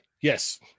yes